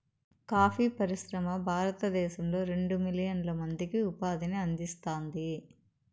coffee పరిశ్రమ భారతదేశంలో రెండు మిలియన్ల మందికి ఉపాధిని అందిస్తాంది